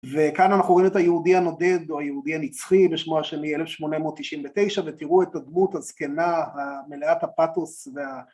וכאן אנחנו רואים את היהודי הנודד או היהודי הנצחי בשמו השני 1899 ותראו את הדמות הזקנה מלאת הפאתוס